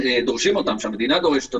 הקריטריונים שהמדינה דורשת.